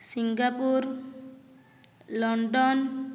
Singapore London